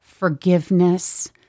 forgiveness